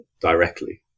directly